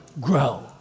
Grow